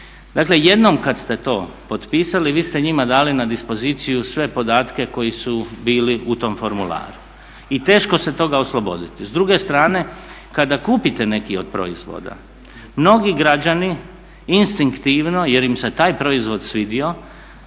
Dakle jednom kada ste to potpisali vi ste njima dali na dispoziciju sve podatke koji su bili u tom formularu i teško se toga osloboditi. S druge strane kada kupite neki od proizvoda mnogi građani instinktivno jer im se taj proizvod svidio,